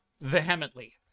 vehemently